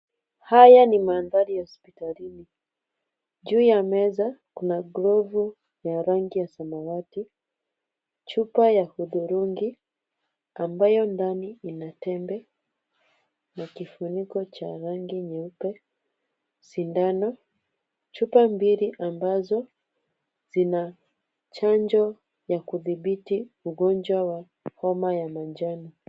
Haya ni mandhari ya hospitalini, juu ya meza kuna glavu ya rangi ya samawati, chupa ya hudhurungi ambayo ndani ina tembe na kifuniko cha rangi nyeupe, sindano, chupa mbili ambazo zina chanjo ya kudhibiti ugonjwa wa homa ya manjano.